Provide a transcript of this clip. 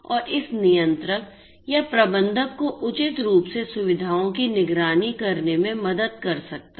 और इस नियंत्रक या प्रबंधक को उचित रूप से सुविधाओं की निगरानी करने में मदद कर सकता है